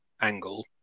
angle